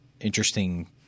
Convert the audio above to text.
interesting